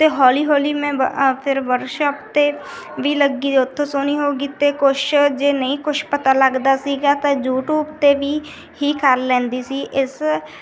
ਅਤੇ ਹੌਲੀ ਹੌਲੀ ਮੈਂ ਫਿਰ ਵਰਕਸ਼ੋਪ 'ਤੇ ਵੀ ਲੱਗੀ ਉੱਥੋਂ ਸੋਹਣੀ ਹੋ ਗਈ ਅਤੇ ਕੁਛ ਜੇ ਨਹੀਂ ਕੁਛ ਪਤਾ ਲੱਗਦਾ ਸੀਗਾ ਤਾਂ ਯੂਟੀਊਬ 'ਤੇ ਵੀ ਹੀ ਕਰ ਲੈਂਦੀ ਸੀ ਇਸ